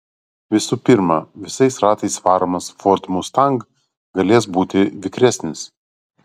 visų pirma visais ratais varomas ford mustang galės būti vikresnis